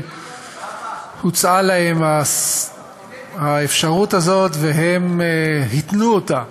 שהוצעה להם האפשרות הזאת והם התנו אותה,